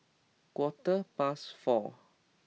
quarter past four